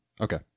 okay